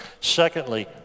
Secondly